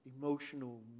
emotional